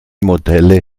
modelle